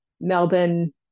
Melbourne